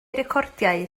recordiau